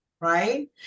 right